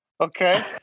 okay